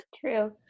true